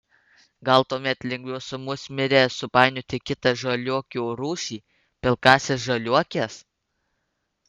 gal tuomet lengviau su musmire supainioti kitą žaliuokių rūšį pilkąsias žaliuokes